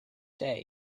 day